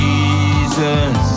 Jesus